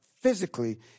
physically